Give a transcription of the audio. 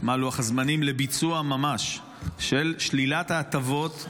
מה לוח הזמנים לביצוע ממש של שלילת ההטבות,